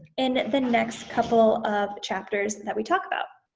in the next couple of chapters that we talk about.